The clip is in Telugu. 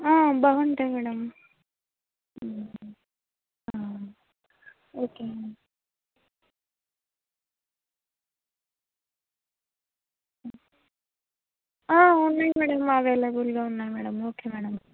బాగుంటాయి మేడం ఓకే అండి ఉన్నాయి మేడం అవైలబుల్గా ఉన్నాయి మేడం ఓకే మేడం